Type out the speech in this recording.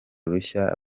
rushya